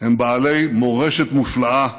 הם בעלי מורשת מופלאה,